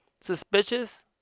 suspicious